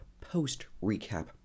post-recap